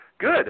Good